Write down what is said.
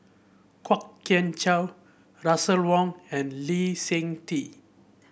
Kwok Kian Chow Russel Wong and Lee Seng Tee